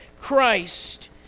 christ